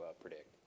predict